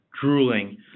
drooling